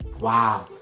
wow